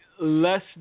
less